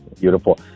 Beautiful